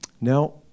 Now